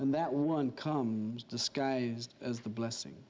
and that one comes disguised as the blessing